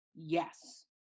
Yes